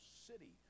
city